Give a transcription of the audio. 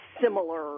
similar